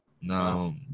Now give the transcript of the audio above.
Now